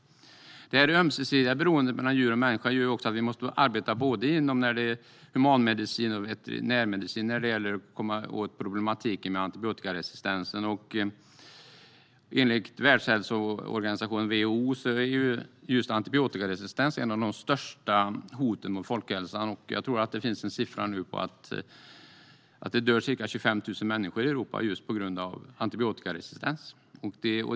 Det ömsesidiga beroendet mellan djur och människa gör också att vi måste arbeta inom både humanmedicin och veterinärmedicin för att komma åt problematiken med antibiotikaresistensen. Enligt Världshälsoorganisationen WHO är just antibiotikaresistens ett av de största hoten mot folkhälsan. Jag tror att det nu finns en siffra på att det dör ca 25 000 människor per år i Europa just på grund av antibiotikaresistens.